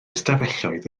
ystafelloedd